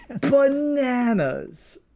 bananas